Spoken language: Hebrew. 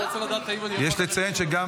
יש לציין שגם